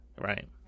Right